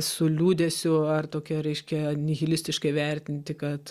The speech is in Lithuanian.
su liūdesiu ar tokia reiškia nihilistiškai vertinti kad